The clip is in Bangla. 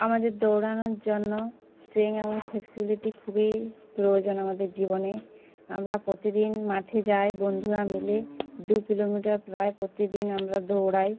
আমাদের দৌড়ানোর জন্য স্ট্রেংথ এবং ফ্লেক্সিবিলিটি খুবই প্রয়োজন আমাদের জীবনে আমরা প্রতিদিন মাঠে যাই বন্ধুরা মিলে দু কিলোমিটার প্রায় প্রতিদিন আমরা দৌড়াই